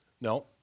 No